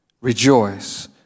rejoice